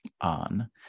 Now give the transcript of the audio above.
on